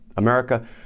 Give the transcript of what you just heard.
America